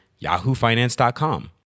yahoofinance.com